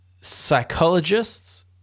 psychologists